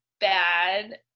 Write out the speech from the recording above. bad